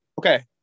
okay